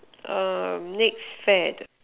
um next fad